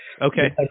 Okay